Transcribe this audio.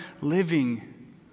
living